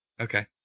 Okay